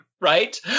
right